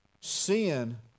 Sin